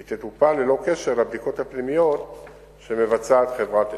היא תטופל ללא קשר לבדיקות הפנימיות שחברת "אגד"